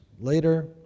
later